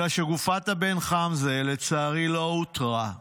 אלא שגופת הבן חמזה, לצערי, לא אותרה.